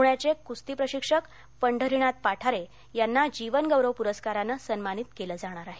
पुण्याचे कुस्ती प्रशिक्षक पंढरीनाथ पाठारे यांना जीवनगौरव पुरस्कारानं सन्मानित केलं जाणार आहे